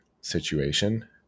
situation